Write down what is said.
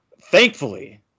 Thankfully